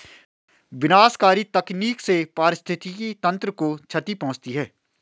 विनाशकारी तकनीक से पारिस्थितिकी तंत्र को क्षति पहुँचती है